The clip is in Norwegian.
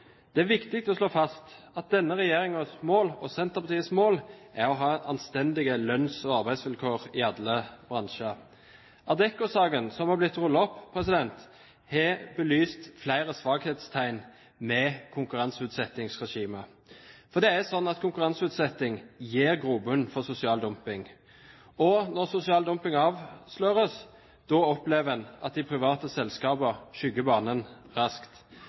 Det er viktig å slå fast at denne regjeringens mål – og Senterpartiets – er å ha anstendige lønns- og arbeidsvilkår i alle bransjer. Adecco-saken som har blitt rullet opp, har belyst flere svakhetstegn ved konkurranseutsettingsregimet. Det er slik at konkurranseutsetting gir grobunn for sosial dumping. Når sosial dumping avsløres, opplever en at de private selskapene skygger banen raskt.